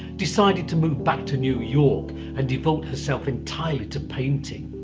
decided to move back to new york and devote herself entirely to painting.